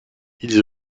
ils